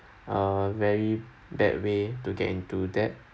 a very bad way to get into debt